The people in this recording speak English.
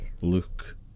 Luke